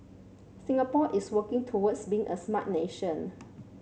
Singapore is working towards being a smart nation